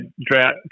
drought